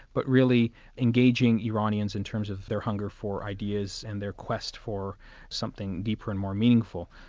but really engaging iranians in terms of their hunger for ideas and their quest for something deeper and more meaningful.